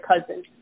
cousin